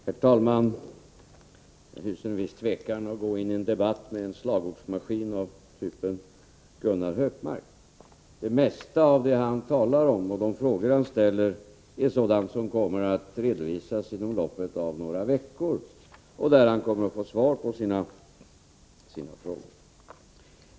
Herr talman! Jag hyser en viss tvekan inför att gå in i en debatt med en slagordsmaskin av typen Gunnar Hökmark. Det mesta av det han talar om, och de frågor han ställer, är sådant som kommer att redovisas inom loppet av några veckor, och han kommer att få svar på sina frågor.